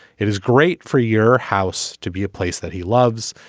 it is great for your house to be a place that he loves.